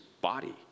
body